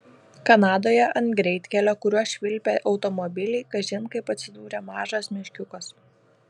kanadoje ant greitkelio kuriuo švilpė automobiliai kažin kaip atsidūrė mažas meškiukas